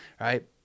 right